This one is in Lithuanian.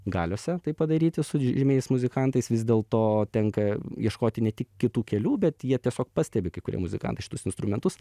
galiose tai padaryti su žymiais muzikantais vis dėlto tenka ieškoti ne tik kitų kelių bet jie tiesiog pastebi kai kurie muzikantai šitus instrumentus